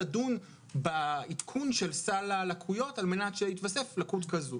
לדון בעדכון של סל הלקויות על מנת שהתווסף לקות כזאת.